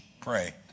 pray